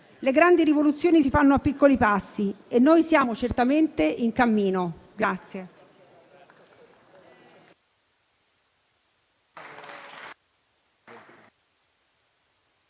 Le grandi rivoluzioni si fanno a piccoli passi e noi siamo certamente in cammino.